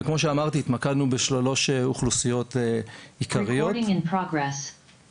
כמו שאמרתי התמקדנו בשלוש אוכלוסיות עיקריות וזו